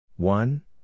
One